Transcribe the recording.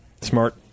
smart